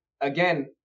again